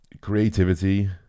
creativity